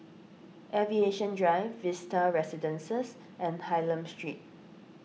Aviation Drive Vista Residences and Hylam Street